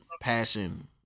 passion